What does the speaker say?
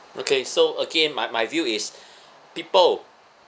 okay so again my my view is people